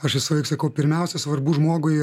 aš visąlaik sakau pirmiausia svarbu žmogui ir